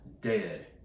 dead